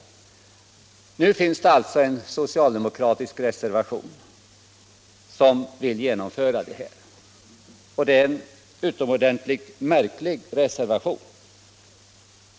Nu finns det en socialdemokratisk reservation som syftar till genomförande av detta krav. Det är en utomordentligt märklig reservation.